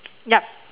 yup